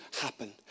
happen